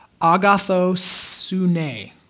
Agathosune